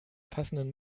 passenden